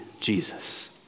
Jesus